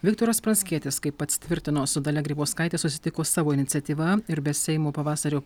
viktoras pranckietis kaip pats tvirtino su dalia grybauskaite susitiko savo iniciatyva ir be seimo pavasario